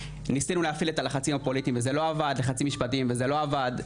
ניסינו להפעיל את הלחצים הפוליטיים וזה לא עבד וחצי משפטיים וזה לא עבד,